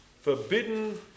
forbidden